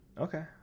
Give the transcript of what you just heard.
Okay